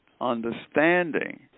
understanding